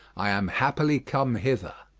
i am happily come hither.